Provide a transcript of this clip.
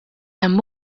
hemm